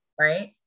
Right